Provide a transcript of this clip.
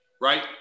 right